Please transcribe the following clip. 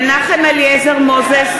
(קוראת בשמות חברי הכנסת) מנחם אליעזר מוזס,